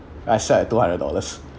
I sell at two hundred dollars